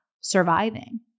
surviving